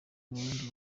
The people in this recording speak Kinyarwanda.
rundi